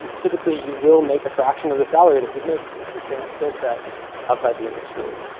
typically, you will make a fraction of the salary that you'd make with the same skill set outside the industry.